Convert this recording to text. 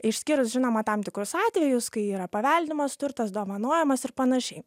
išskyrus žinoma tam tikrus atvejus kai yra paveldimas turtas dovanojamas ir panašiai